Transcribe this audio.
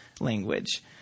language